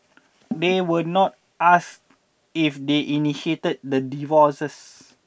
they were not ask if they initiated the divorces